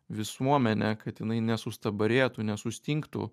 visuomenę kad jinai nesustabarėtų nesustingtų